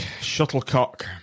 shuttlecock